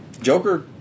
Joker